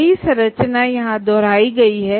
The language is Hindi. वही संरचना यहां दोहराई गई है